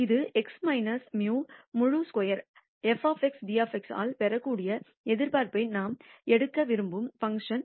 இது x μ முழு square f dx ஆல் பெறக்கூடிய எதிர்பார்ப்பை நாம் எடுக்க விரும்பும் பங்க்ஷன்